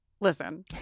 listen